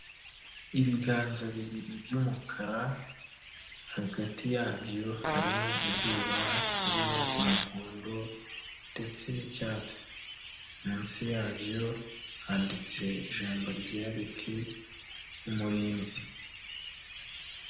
Ibiganza bibiri by'umukara, hagati yabyo harimo izuba ririmo umuhondo ndetse n'icyatsi. Munsi yabyo handitse ijambo rigira riti "Umurinzi."